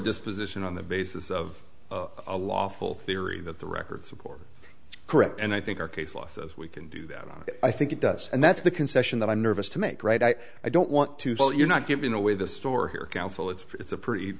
disposition on the basis of a lawful theory that the record supported correct and i think our case losses we can do that i think it does and that's the concession that i'm nervous to make right i i don't want to tell you're not giving away the store here counsel it's a pretty